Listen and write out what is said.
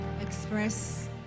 express